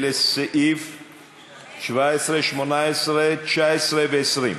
על סעיפים 17, 18, 19 ו-20.